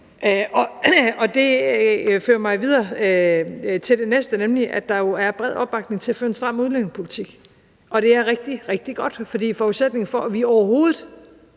Det fører mig videre til det næste, nemlig at der jo er bred opbakning til at føre en stram udlændingepolitik, og det er rigtig, rigtig godt. For det er forudsætningen for, at vi overhovedet